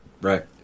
Right